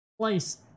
place